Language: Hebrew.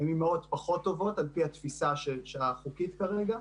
הן אימהות פחות טובות על-פי התפיסה החוקית כרגע,